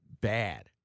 bad